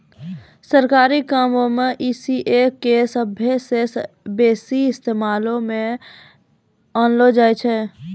सरकारी कामो मे ई.सी.एस के सभ्भे से बेसी इस्तेमालो मे लानलो जाय छै